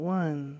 one